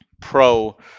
pro